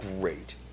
great